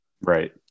Right